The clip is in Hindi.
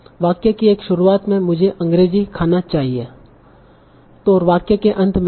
वाक्य की एक शुरुआत में मुझे अंग्रेजी खाना चाहिए और वाक्य के अंत में भी